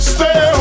Stay